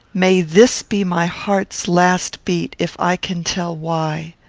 may this be my heart's last beat, if i can tell why?